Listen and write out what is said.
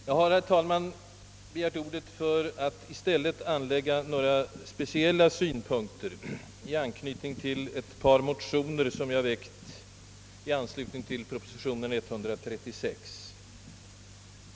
Jag har, herr talman, begärt ordet för att i stället anlägga några speciella synpunkter jag berört i ett par motioner, som jag väckt i anslutning till proposition 136.